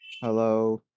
Hello